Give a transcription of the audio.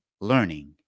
learning